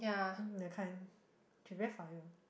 um that kind prevent fire